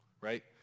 right